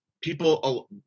people